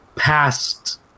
past